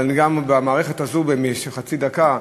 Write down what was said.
אבל גם במערכת הזו, בחצי דקה,